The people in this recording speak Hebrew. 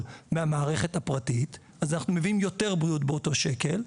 מהמערכת הפרטית אז אחנו מביאים יותר בריאות באותו שקל,